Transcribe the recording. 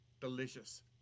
delicious